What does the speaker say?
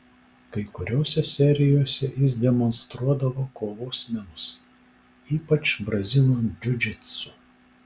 kai kuriose serijose jis demonstruodavo kovos menus ypač brazilų džiudžitsu